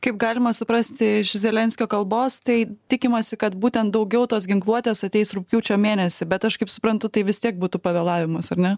kaip galima suprasti iš zelenskio kalbos tai tikimasi kad būtent daugiau tos ginkluotės ateis rugpjūčio mėnesį bet aš kaip suprantu tai vis tiek būtų pavėlavimas ar ne